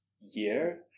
year